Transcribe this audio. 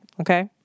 Okay